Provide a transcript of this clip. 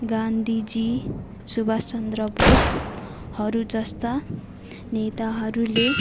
गान्धीजी सुवासचन्द्र बोसहरू जस्ता नेताहरूले